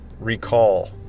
Recall